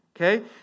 Okay